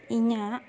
ᱤᱧᱟᱹᱜ